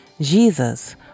Jesus